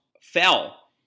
fell